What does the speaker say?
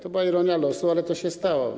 To była ironia losu, ale to się stało.